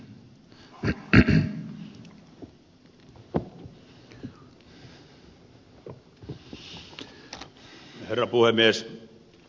herra puhemies